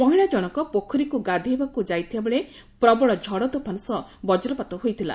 ମହିଳାଜଶକ ପୋଖରୀକୁ ଗାଧୋଇବାକୁ ଯାଇଥିବାବେଳେ ପ୍ରବଳ ଝଡ ତୋଫାନ ସହ ବଜ୍ରପାତ ହୋଇଥିଲା